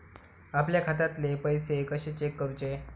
आपल्या खात्यातले पैसे कशे चेक करुचे?